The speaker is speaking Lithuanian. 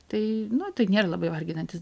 tai nu tai nėr labai varginantis